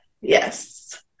Yes